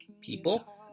people